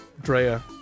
Drea